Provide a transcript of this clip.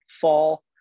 fall